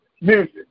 Music